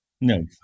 No